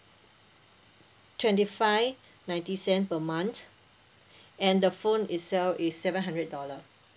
twenty five ninety cent per month and the phone itself is seven hundred dollar